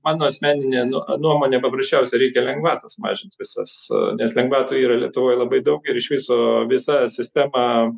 mano asmeninė nuomonė paprasčiausia reikia lengvatas mažint visas nes lengvatų yra lietuvoj labai daug ir iš viso visa sistema